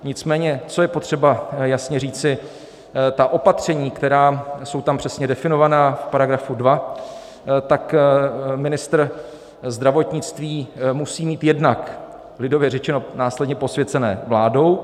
Nicméně co je potřeba jasně říci: Ta opatření, která jsou tam přesně definovaná v § 2, tak ministr zdravotnictví musí mít jednak, lidově řečeno, následně posvěcená vládou.